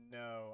no